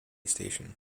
station